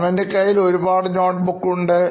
സാംൻറെ കയ്യിൽ ഒരുപാട് notebook ഉണ്ട്